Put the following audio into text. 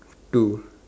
two